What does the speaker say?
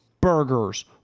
burgers